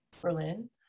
Berlin